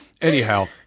Anyhow